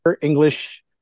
English